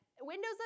windows